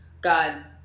God